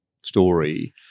story